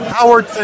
Howard